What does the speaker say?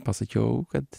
pasakiau kad